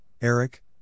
Eric